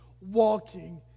walking